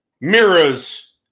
mirrors